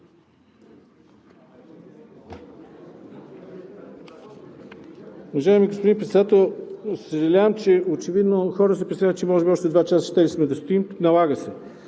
Уважаеми господин Председател, съжалявам, че очевидно хора се притесняват, че може би още два часа сме щели да стоим. Налага се!